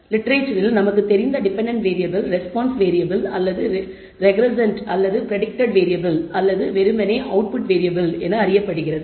இலக்கியத்தில் நமக்குத் தெரிந்த டெபென்டென்ட் வேறியபிள் ரெஸ்பான்ஸ் வேறியபிள் அல்லது ரெக்ரெஸ்ஸன்ட் அல்லது பிரடிக்டட் வேரியபிள் அல்லது வெறுமனே அவுட்புட் வேறியபிள் என அறியப்படுகிறது